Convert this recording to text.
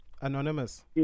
anonymous